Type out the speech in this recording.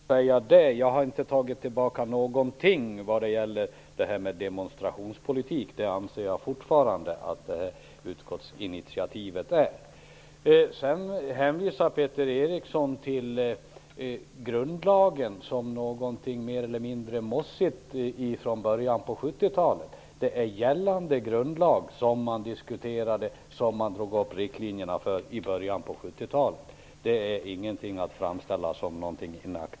Herr talman! Till Peter Eriksson vill jag säga att jag inte har tagit tillbaka någonting vad gäller detta med demonstrationspolitik; det anser jag fortfarande att utskottsinitiativet är. Peter Eriksson hänvisar till grundlagen som någonting mer eller mindre mossigt från början av 70 talet. Men det är gällande grundlag som man diskuterade och som man drog upp riktlinjerna för i början av 70-talet. Det är inte någonting som kan framställas som inaktuellt.